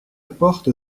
porte